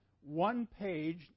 one-page